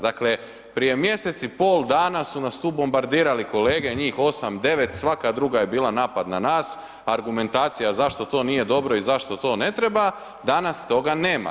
Dakle, prije mjesec i pol dana su nas tu bombardirali kolege, njih 8, 9, svaka druga je bila napad na nas, argumentacija zašto to nije bilo dobro i zašto to ne treba, danas toga nema.